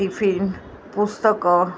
ट टिफिन पुस्तकं